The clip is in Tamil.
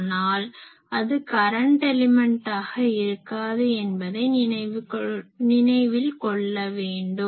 ஆனால் அது கரன்ட் எலிமென்டாக இருக்காது என்பதை நினைவில் கொள்ள வேண்டும்